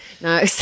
no